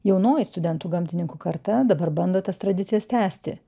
jaunoji studentų gamtininkų karta dabar bando tas tradicijas tęsti